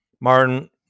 Martin